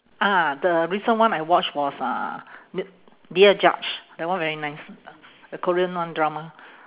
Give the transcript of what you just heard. ah the recent one I watch was uh d~ dear judge that one very nice the korean one drama